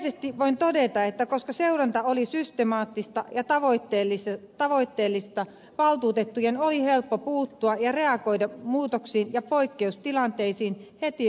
yleisesti voin todeta että koska seuranta oli systemaattista ja tavoitteellista valtuutettujen oli helppo puuttua ja reagoida muutoksiin ja poikkeustilanteisiin välittömästi